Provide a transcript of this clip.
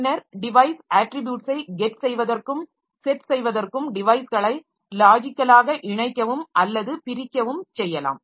பின்னர் டிவைஸ் அட்ரிப்யூட்ஸை get செய்வதற்கும் set செய்வதற்கும் டிவைஸ்களை லாஜிக்கலாக இணைக்கவும் அல்லது பிரிக்கவும் செய்யலாம்